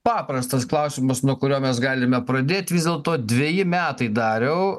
paprastas klausimas nuo kurio mes galime pradėti vis dėlto dveji metai dariau